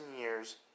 years